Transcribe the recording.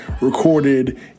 recorded